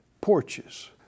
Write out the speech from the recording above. porches